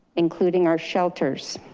including our shelters.